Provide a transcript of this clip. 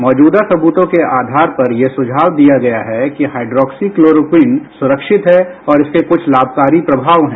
मौजूदा सबुतों के आधार पर यह सुझाव दिया गयाहै कि हाइड्रोक्सीक्लोरोक्वीन सुरक्षित है और इसके कुछ लाभकारी प्रभाव हैं